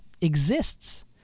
exists